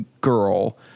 girl